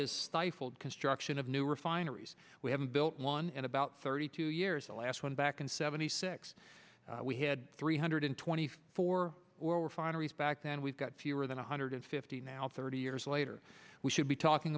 his stifled construction of new refineries we haven't built one in about thirty two years the last one back in seventy six we had three hundred twenty four or refineries back then we've got fewer than one hundred fifty now thirty years later we should be talking